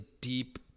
deep